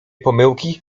pomyłki